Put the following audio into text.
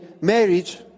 marriage